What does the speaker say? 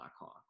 Blackhawks